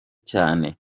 cyane